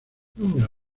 número